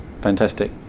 fantastic